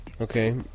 Okay